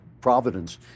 Providence